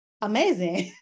amazing